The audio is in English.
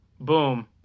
Boom